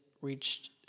reached